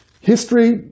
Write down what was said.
history